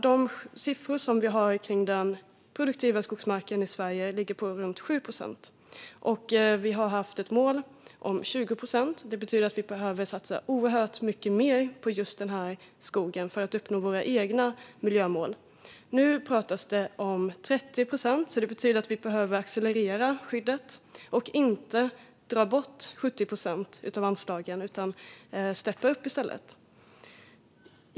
De siffror som finns för den produktiva skogsmarken i Sverige visar att skyddet ligger på runt 7 procent. Vi har haft ett mål om 20 procent, vilket betyder att vi behöver satsa oerhört mycket mer på just denna skog om vi ska kunna uppnå våra egna miljömål. Nu talas det om 30 procent. Vi behöver alltså accelerera skyddet och inte dra bort 70 procent av anslagen. Vi borde steppa upp i stället.